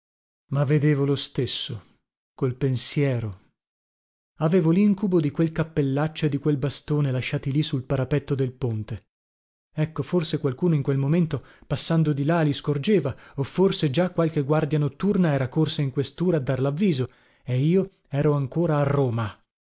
ma vedevo lo stesso col pensiero avevo lincubo di quel cappellaccio e di quel bastone lasciati lì sul parapetto del ponte ecco forse qualcuno in quel momento passando di là li scorgeva o forse già qualche guardia notturna era corsa in questura a dar lavviso e io ero ancora a roma